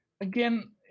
Again